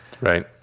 Right